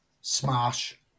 smash